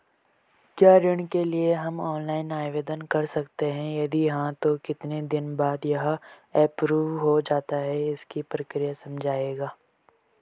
क्या ऋण के लिए हम ऑनलाइन आवेदन कर सकते हैं यदि हाँ तो कितने दिन बाद यह एप्रूव हो जाता है इसकी प्रक्रिया समझाइएगा?